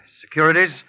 securities